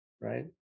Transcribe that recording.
right